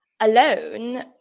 alone